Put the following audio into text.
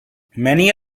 many